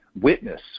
witness